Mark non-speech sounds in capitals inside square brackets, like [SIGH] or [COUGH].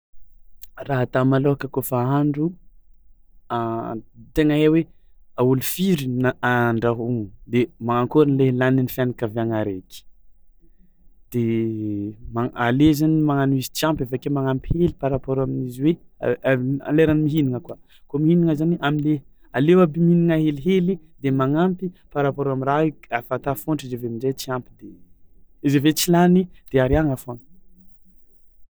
[NOISE] Raha ata malôhaka kaofa hahandro [HESITATION] tegna hay hoe ôlo firy na- andrahôgno de manakôry le lanin'ny fianakaviàgna araiky de ma- ale zany magnano izy tsy ampy avy ake manampy hely par rapport amin'izy hoe [HESITATION] am'leran'ny mihinagna koa, kôa mihinagna zany am'le aleo aby mihinagna helihely de magnampy par rapport am'raha hoe k- afa tafahotry izy avy eo amin-jay tsy ampy de izy avy eo tsy lany de ariagna foagna.